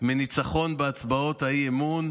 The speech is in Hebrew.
מניצחון בהצבעות האי-אמון.